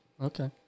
Okay